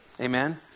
Amen